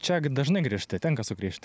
čia dažnai grįžti tenka sugrįžt